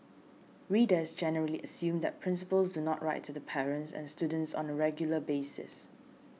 readers generally assume that principals do not write to the parents and students on a regular basis